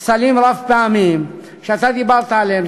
את הסלים הרב-פעמיים שאתה דיברת עליהם,